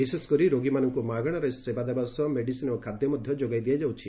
ବିଶେଷ କରି ରୋଗୀମାନଙ୍କୁ ମାଗଣାରେ ସେବା ଦେବା ସହ ମେଡିସିନ୍ ଓ ଖାଦ୍ୟ ମଧ୍ୟ ଯୋଗାଇ ଦିଆଯାଉଛି